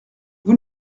vous